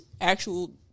actual